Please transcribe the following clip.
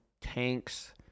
tanks